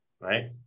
right